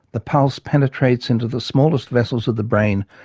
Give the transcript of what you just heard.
the pulse penetrates into the smallest vessels of the brain,